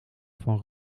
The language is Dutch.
van